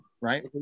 right